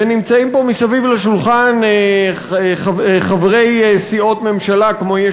ונמצאים פה מסביב לשולחן חברי סיעות ממשלה כמו יש